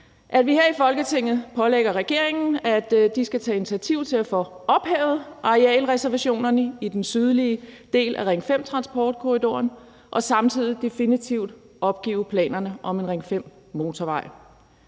at vi her i Folketinget pålægger regeringen, at den skal tage initiativ til at få ophævet arealreservationerne i den sydlige del af Ring 5-transportkorridoren og samtidig definitivt opgive planerne om en Ring 5-motorvej.